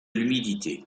l’humidité